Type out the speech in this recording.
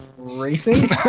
Racing